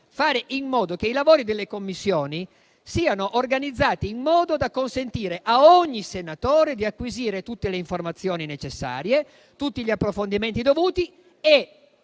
far organizzare i lavori delle Commissioni in modo da consentire a ogni senatore di acquisire tutte le informazioni necessarie e gli approfondimenti dovuti e